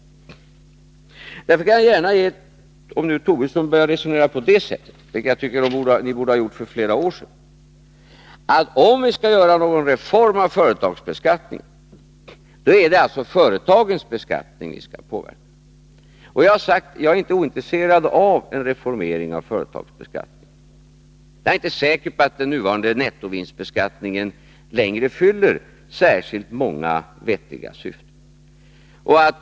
Jag vill gärna säga att om vi skall göra någon reform av företagsbeskattningen, då är det alltså företagens beskattning vi skall påverka — om nu herr Tobisson börjar resonera på det sättet, vilket jag tycker ni borde ha gjort för flera år sedan. Jag har sagt att jag inte är ointresserad av en reformering av företagsbeskattningen. Jag är inte säker på att den nuvarande nettovinstbeskattningen längre fyller särskilt många vettiga syften.